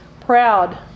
proud